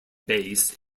base